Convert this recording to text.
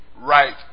right